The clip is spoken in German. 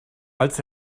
als